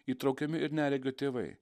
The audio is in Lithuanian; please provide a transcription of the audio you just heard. įtraukiami ir neregio tėvai